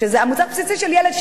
וזה מוצר בסיס של ילד,